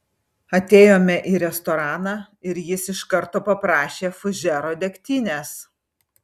atėjome į restoraną ir jis iš karto paprašė fužero degtinės